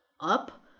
up